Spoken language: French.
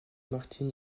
martin